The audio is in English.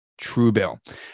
Truebill